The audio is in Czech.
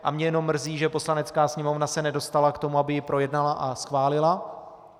A mě jenom mrzí, že Poslanecká sněmovna se nedostala k tomu, aby ji projednala a schválila.